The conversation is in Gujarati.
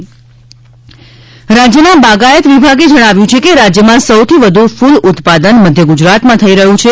કૂલ ઉત્પાદન રાજય ના બાગાયત વિભાગે જણાવ્યુ છે કે રાજ્યમાં સૌથી વધુ કૂલ ઉત્પાદન મધ્ય ગુજરાતમાં થઈ રહ્યું છે